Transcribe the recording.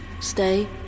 Stay